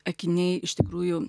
akiniai iš tikrųjų